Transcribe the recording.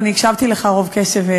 ואני הקשבתי לך רוב קשב,